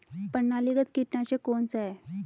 प्रणालीगत कीटनाशक कौन सा है?